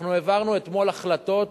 אנחנו העברנו אתמול החלטות